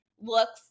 looks